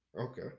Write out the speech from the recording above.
Okay